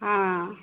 हँ